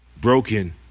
broken